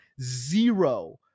zero